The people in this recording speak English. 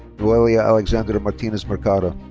noelia alexandra martinez-mercadal.